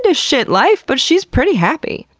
ah shit life, but she's pretty happy.